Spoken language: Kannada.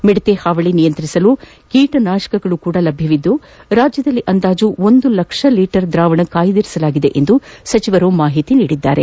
ಮಿಡತೆ ಹಾವಳಿ ನಿಯಂತ್ರಿಸಲು ಕೀಟನಾಶಕಗಳು ಕೂಡಾ ಲಭ್ಯವಿದ್ದು ರಾಜ್ಯದಲ್ಲಿ ಅಂದಾಜು ಒಂದು ಲಕ್ಷ ಲೀಟರ್ ದ್ರಾವಣವನ್ನು ಕಾಯ್ದಿರಿಸಲಾಗಿದೆ ಎಂದು ಸಚಿವರು ಮಾಹಿತಿ ನೀಡಿದರು